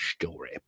story